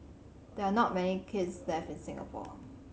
there are not many kilns left in Singapore